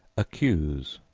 accuse,